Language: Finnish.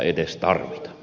kyllä